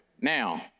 Now